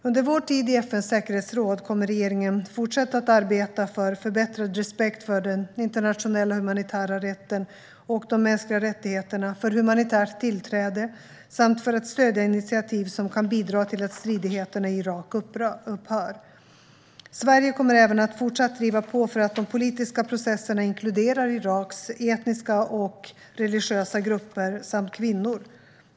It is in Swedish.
Under vår tid i FN:s säkerhetsråd kommer regeringen att fortsätta att arbeta för förbättrad respekt för den internationella humanitära rätten och de mänskliga rättigheterna, för humanitärt tillträde samt för att stödja initiativ som kan bidra till att stridigheterna i Irak upphör. Sverige kommer även att fortsatt driva på för att de politiska processerna inkluderar Iraks etniska och religiösa grupper samt kvinnor.